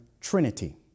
Trinity